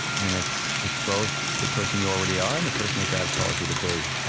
and it's it's both the person you already are and the person that god calls you to be.